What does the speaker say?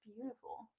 beautiful